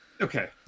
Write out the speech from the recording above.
okay